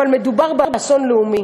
אבל מדובר באסון לאומי.